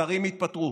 שרים התפטרו.